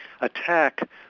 attack